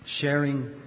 sharing